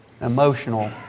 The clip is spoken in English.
emotional